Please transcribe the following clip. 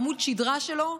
לעמוד השדרה שלו,